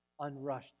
unrushed